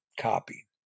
copy